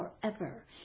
forever